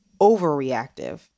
overreactive